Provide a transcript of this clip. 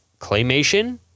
Claymation